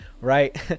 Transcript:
right